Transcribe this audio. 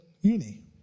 uni